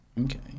Okay